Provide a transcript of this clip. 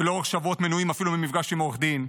ולאורך שבועות מנועים אפילו ממפגש עם עורך דין.